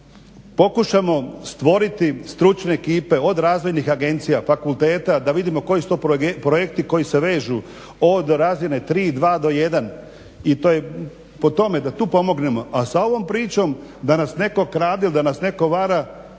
da pokušamo stvoriti stručne ekipe od razvojnih agencija, fakulteta da vidimo koji su to projekti koji se vežu od razine 3, 2 do 1 i to je po tome da tu pomognemo. A sa ovom pričom da nas netko krade ili da nas netko vara